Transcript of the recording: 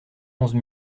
onze